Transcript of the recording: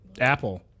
Apple